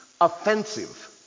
offensive